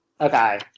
Okay